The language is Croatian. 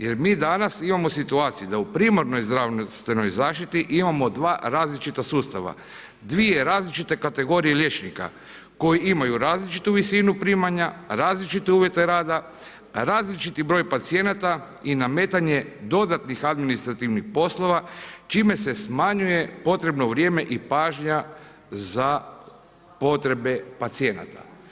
Jer mi danas imamo situaciju da u primarnoj zdravstvenoj zaštiti imamo dva različita sustava, dvije različite kategorije liječnika koji imaju različitu visinu primanja, različite uvjete rada, različiti broj pacijenata i nametanje dodatnih administrativnih poslova čime se smanjuje potrebno vrijeme i pažnja za potrebe pacijenata.